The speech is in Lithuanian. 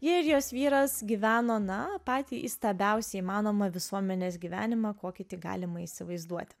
ji ir jos vyras gyveno na patį įstabiausią įmanomą visuomenės gyvenimą kokį tik galima įsivaizduoti